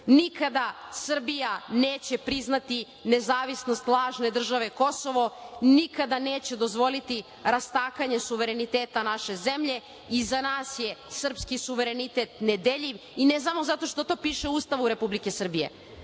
nikada Srbija neće priznati nezavisnost lažne države Kosovo, nikada neće dozvoliti rastakanje suvereniteta naše zemlje. Za nas je srpski suverenitet nedeljiv i ne samo zato što to piše u Ustavu Republike Srbije,